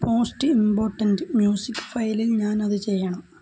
post important music ഫയലിൽ ഞാൻ അത് ചെയ്യണം